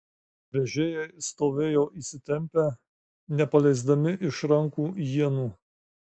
vežėjai stovėjo įsitempę nepaleisdami iš rankų ienų